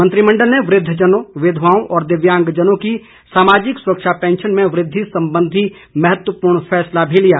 मंत्रिमण्डल ने वृद्धजनों विधवाओं और दिव्यांगजनों की सामाजिक सुरक्षा पेंशन में वृद्धि संबंधी महत्पूर्ण फैसला भी लिया